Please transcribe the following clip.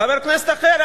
חבר כנסת אחר,